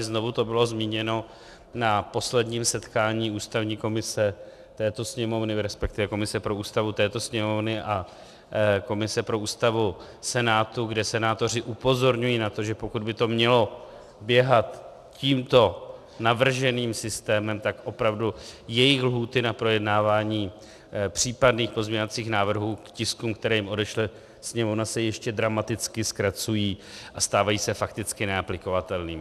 Znovu to bylo zmíněno na posledním setkání ústavní komise této Sněmovny, respektive komise pro Ústavu této Sněmovny a komise pro Ústavu Senátu, kde senátoři upozorňují na to, že pokud by to mělo běhat tímto navrženým systémem, tak opravdu jejich lhůty na projednávání případných pozměňovacích návrhů k tiskům, které jim odešle Sněmovna, se ještě dramaticky zkracují a stávají se fakticky neaplikovatelnými.